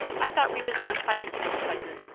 i thought we was done fightin' for the present,